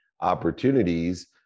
opportunities